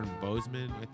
Bozeman